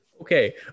okay